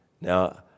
Now